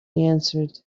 answered